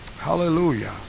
Hallelujah